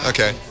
Okay